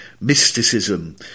mysticism